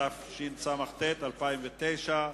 התשס"ט 2009,